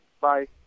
Bye